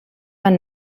van